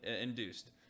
induced